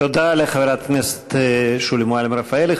תודה לחברת הכנסת שולי מועלם-רפאלי.